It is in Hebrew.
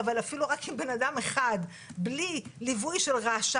אבל אפילו רק אם בן אדם אחד בלי ליווי של רש"א,